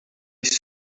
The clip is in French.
est